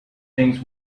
things